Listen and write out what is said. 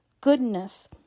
goodness